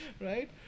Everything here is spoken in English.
Right